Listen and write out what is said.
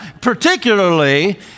particularly